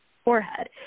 Forehead